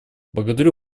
благодарю